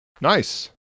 Nice